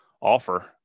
offer